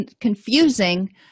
confusing